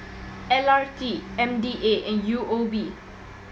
L R T M D A and U O B